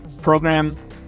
program